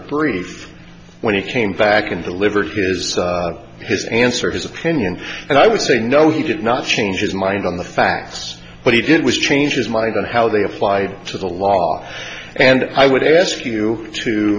brief when he came back and delivered his answer his opinion and i would say no he did not change his mind on the facts but he did was change his mind on how they applied to the law and i would ask you to